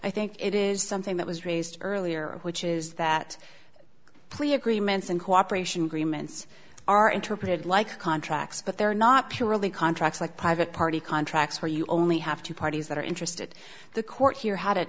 i think it is something that was raised earlier which is that plea agreements and cooperation agreements are interpreted like contracts but they're not purely contracts like private party contracts where you only have two parties that are interested the court here had an